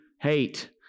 hate